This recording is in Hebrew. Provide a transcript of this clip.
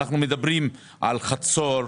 אנחנו מדברים על חצור,